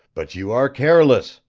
but you are careless!